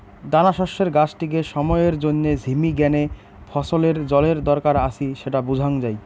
দানাশস্যের গাছটিকে সময়ের জইন্যে ঝিমি গ্যানে ফছলের জলের দরকার আছি স্যাটা বুঝাং যাই